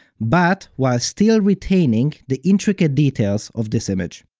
but while still retaining the intricate details of this image.